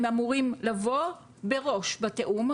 הם אמורים לבוא מראש בתיאום,